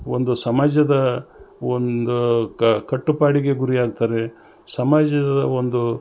ಒಂದು ಸಮಾಜದ ಒಂದು ಕಟ್ಟುಪಾಡಿಗೆ ಗುರಿಯಾಗ್ತಾರೆ ಸಮಾಜದ ಒಂದು